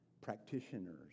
practitioners